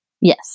Yes